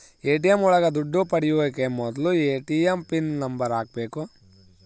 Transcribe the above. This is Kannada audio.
ಎ.ಟಿ.ಎಂ ಒಳಗ ದುಡ್ಡು ಪಡಿಯೋಕೆ ಮೊದ್ಲು ಎ.ಟಿ.ಎಂ ಪಿನ್ ನಂಬರ್ ಹಾಕ್ಬೇಕು